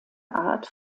art